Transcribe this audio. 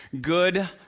good